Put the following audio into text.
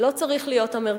זה לא צריך להיות המרכז.